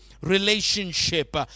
relationship